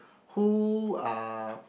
who are